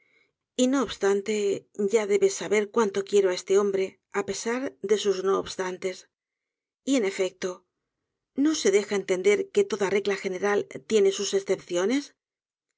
peligro y no obstante ya debes saber cuánto quiero á este hombre á pesar de sus no obstantes en efecto no se deja entender que toda regla general tiene sus escepciones